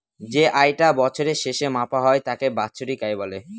যে আয় টা বছরের শেষে মাপা হয় তাকে বাৎসরিক আয় বলে